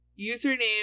username